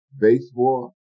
baseball